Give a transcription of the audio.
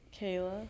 kayla